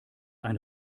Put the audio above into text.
ein